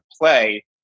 play